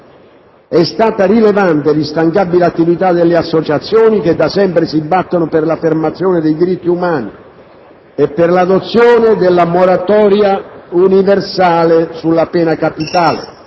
È stata rilevante l'instancabile attività delle associazioni che da sempre si battono per l'affermazione dei diritti umani e per l'adozione della moratoria universale sulla pena capitale.